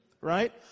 right